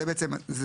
או